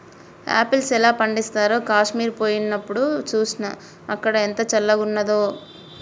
apples ఎలా పండిస్తారో కాశ్మీర్ పోయినప్డు చూస్నా, అక్కడ ఎంత చల్లంగున్నాదో